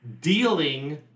dealing